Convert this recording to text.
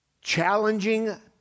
challenging